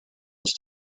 was